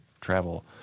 travel